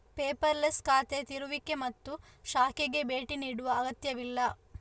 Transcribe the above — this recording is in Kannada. ಪೇಪರ್ಲೆಸ್ ಖಾತೆ ತೆರೆಯುವಿಕೆ ಮತ್ತು ಶಾಖೆಗೆ ಭೇಟಿ ನೀಡುವ ಅಗತ್ಯವಿಲ್ಲ